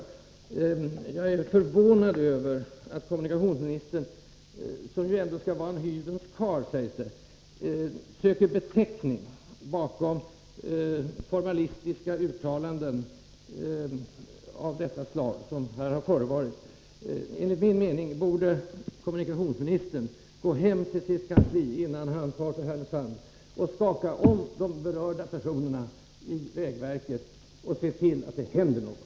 Jag är förvånad över att kommunikationsministern, som ju skall vara en hyvens karl, söker betäckning bakom sådana formalistiska uttalanden som här gjorts. Enligt min mening borde kommunikationsministern gå upp till sitt kansli, innan han far till Härnösand, och skaka om de berörda personerna i vägverket, så att det händer något.